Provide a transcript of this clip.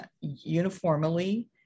uniformly